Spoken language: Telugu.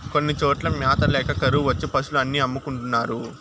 కొన్ని చోట్ల మ్యాత ల్యాక కరువు వచ్చి పశులు అన్ని అమ్ముకుంటున్నారు